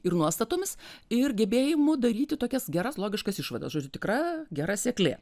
ir nuostatomis ir gebėjimu daryti tokias geras logiškas išvadas žodžiu tikra gera seklė